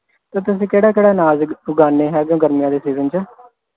ਅਤੇ ਤੁਸੀਂ ਕਿਹੜਾ ਕਿਹੜਾ ਉਗਾਉਂਦੇ ਹੈਗੇ ਗਰਮੀਆਂ ਦੇ ਸੀਜ਼ਨ 'ਚ